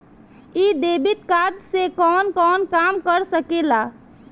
इ debit card से कवन कवन काम कर सकिला?